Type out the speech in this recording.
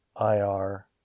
IR